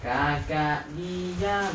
kakak diam